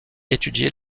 étudié